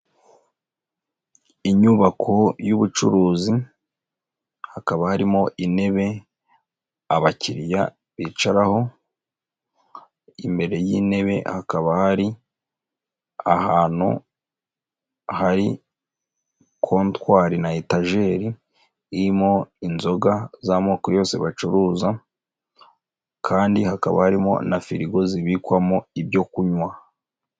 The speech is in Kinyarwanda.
Inyubako y'ubucuruzi, hakaba harimo intebe, abakiriya bicaraho, imbere y'intebe hakaba hari ahantu hari kotwari na etajeri irimo inzoga z'moko yose bacuruza, kandi hakaba harimo na firigo zibikwamo ibyo kunywa.